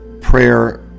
prayer